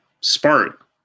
spark